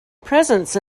presence